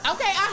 Okay